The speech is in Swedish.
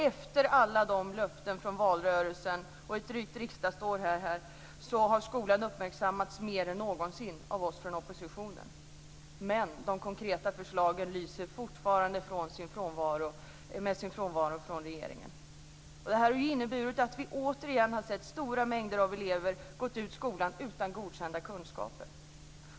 Efter alla löften från valrörelsen och efter drygt ett riksdagsår har skolan uppmärksammats mer än någonsin av oss i oppositionen men de konkreta förslagen från regeringen lyser fortfarande med sin frånvaro. Detta innebär att vi återigen har sett en stor mängd elever gå ut skolan utan godkända kunskaper.